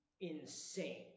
insane